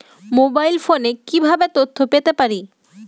Mobile ফোনে কিভাবে তথ্য পেতে পারি?